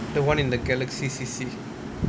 the [one] in the galaxy C_C